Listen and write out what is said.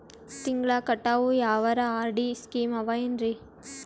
ತಿಂಗಳ ಕಟ್ಟವು ಯಾವರ ಆರ್.ಡಿ ಸ್ಕೀಮ ಆವ ಏನ್ರಿ?